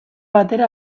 batera